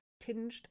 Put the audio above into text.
tinged